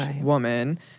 woman